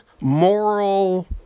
Moral